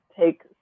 take